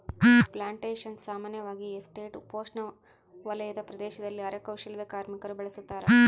plantations ಸಾಮಾನ್ಯವಾಗಿ estate ಉಪೋಷ್ಣವಲಯದ ಪ್ರದೇಶದಲ್ಲಿ ಅರೆ ಕೌಶಲ್ಯದ ಕಾರ್ಮಿಕರು ಬೆಳುಸತಾರ